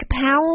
Powell